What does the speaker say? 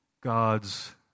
God's